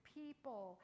people